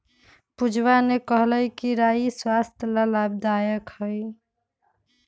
पूजवा ने कहल कई कि राई स्वस्थ्य ला लाभदायक हई